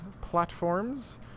platforms